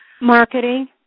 Marketing